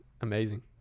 amazing